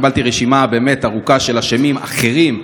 קיבלתי רשימה באמת ארוכה של אשמים אחרים.